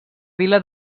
vila